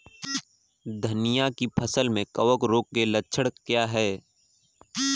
धनिया की फसल में कवक रोग के लक्षण क्या है?